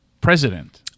president